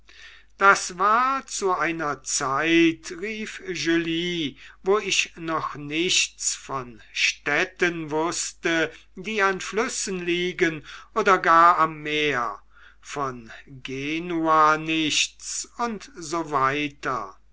das war zu einer zeit rief julie wo ich noch nichts von städten wußte die an flüssen liegen oder gar am meer von genua nichts u s w